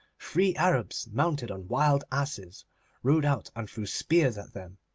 three arabs mounted on wild asses rode out and threw spears at them.